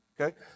Okay